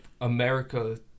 america